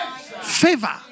Favor